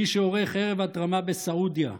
מי שעורך ערב התרמה בסעודיה,